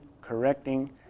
correcting